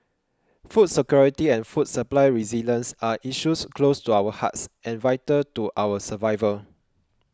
food security and food supply resilience are issues close to our hearts and vital to our survival